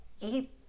eat